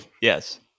Yes